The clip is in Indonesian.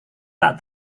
tak